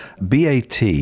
BAT